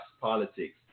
politics